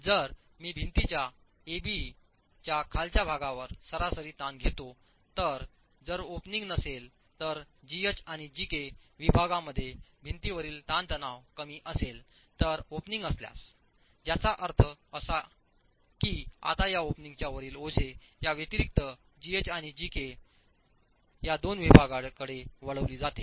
जर मी भिंतीच्या ए बी च्या खालच्या भागावर सरासरी ताण घेतो तर जर ओपनिंग नसेल तर जीएच आणि जेके विभागांमध्ये भिंतीवरील ताणतणाव कमी असेल तर ओपनिंग असल्यासज्याचा अर्थ असा की आता या ओपनिंगच्या वरील ओझे या व्यतिरिक्त जीएच आणि जेके ठीक या दोन विभागांकडे वळविली जाते